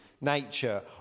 nature